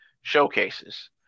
showcases